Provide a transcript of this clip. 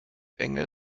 enge